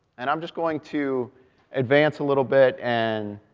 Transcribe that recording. and i'm just going to advance a little bit and